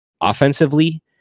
Offensively